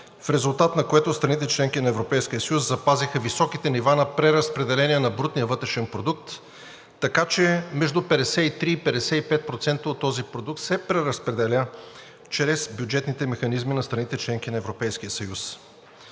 в резултат на което страните – членки на Европейския съюз, запазиха високите нива на преразпределение на брутния вътрешен продукт, така че между 53 и 55% от този продукт се преразпределя чрез бюджетните механизми на страните – членки на Европейския съюз.